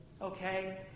Okay